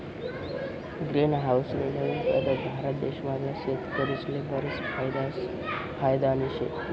green house नी नवीन पद्धत भारत देश मधला शेतकरीस्ले बरीच फायदानी शे